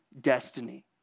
destiny